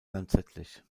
lanzettlich